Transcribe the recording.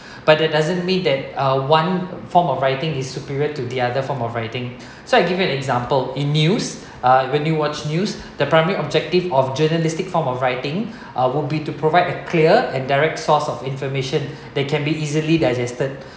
but that doesn't mean that uh one form of writing is superior to the other form of writing so I give you an example in news uh when you watch news the primary objective of journalistic form of writing uh would be to provide a clear and direct source of information that can be easily digested